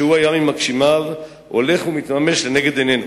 שהוא היה ממגשימיו, הולך ומתממש לנגד עינינו.